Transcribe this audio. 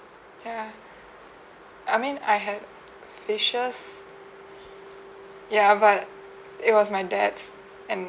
ya I mean I have facials but ya it was my dad's and